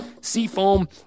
Seafoam